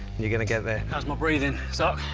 you're gonna get there. how's my breathing? suck?